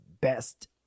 best